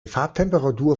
farbtemperatur